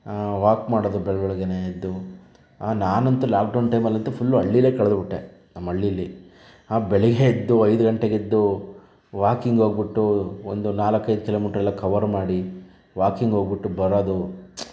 walk ಮಾಡೋದು ಬೆಳಬೆಳಗ್ಗೇನೇ ಎದ್ದು ನಾನಂತೂ ಲಾಕ್ಡೌನ್ ಟೈಮಲ್ಲಂತೂ ಫುಲ್ ಹಳ್ಳಿಯಲ್ಲೇ ಕಳೆದುಬಿಟ್ಟೆ ನಮ್ಮ ಹಳ್ಳಿಯಲ್ಲಿ ಆ ಬೆಳಿಗ್ಗೆ ಎದ್ದು ಐದು ಗಂಟೆಗೆದ್ದು ವಾಕಿಂಗ್ ಹೋಗಿಬಿಟ್ಟು ಒಂದು ನಾಲ್ಕೈದು ಕಿಲೋಮೀಟ್ರೆಲ್ಲ ಕವರ್ ಮಾಡಿ ವಾಕಿಂಗ್ ಹೋಗಿಬಿಟ್ಟು ಬರೋದು